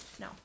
No